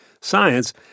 science